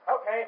Okay